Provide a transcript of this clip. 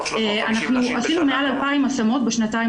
אנחנו עשינו מעל 2,000 השמות בשנתיים